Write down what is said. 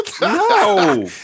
No